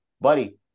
buddy